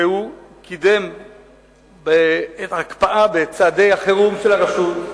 והוא קידם הקפאה בצעדי החירום של הרשות.